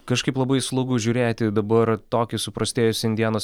kažkaip labai slogu žiūrėti dabar tokį suprastėjusi indianos